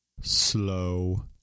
slow